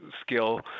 skill